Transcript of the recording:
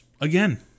again